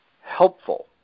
helpful